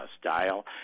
style